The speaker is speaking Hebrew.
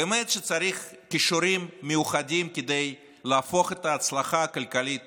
באמת שצריך כישורים מיוחדים כדי להפוך את ההצלחה הכלכלית